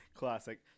Classic